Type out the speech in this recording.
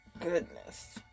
Goodness